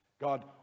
God